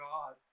God